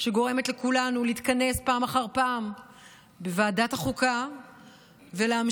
גורמת לכולנו להתכנס פעם אחר פעם בוועדת החוקה ולהמשיך